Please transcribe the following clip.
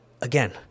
Again